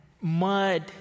mud